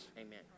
Amen